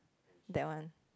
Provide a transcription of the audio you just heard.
that one